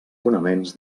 fonaments